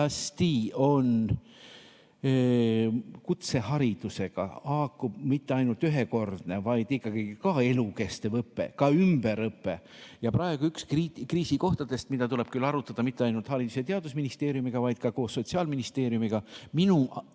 kindlasti kutseharidusega haakub mitte ainult ühekordne, vaid ikkagi elukestev õpe, ka ümberõpe. Praegu üks kriisikohtadest, mida tuleb küll arutada mitte ainult Haridus‑ ja Teadusministeeriumiga, vaid ka koos Sotsiaalministeeriumiga, on